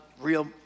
real